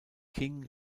king